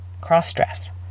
cross-dress